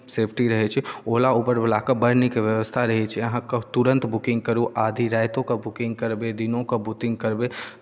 safety रहै छै ओला उबरवलाके बड़ नीक व्यवस्था रहै छै अहाँके तुरन्त बुकिंग करू आधी रातिओके बुकिंग करबै दिनोके बुकिंग करबै